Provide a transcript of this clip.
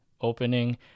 opening